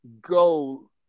go